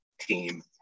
team